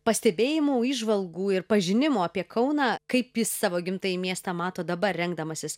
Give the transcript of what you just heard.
pastebėjimų įžvalgų ir pažinimo apie kauną kaip jis savo gimtąjį miestą mato dabar rengdamasis